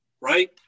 right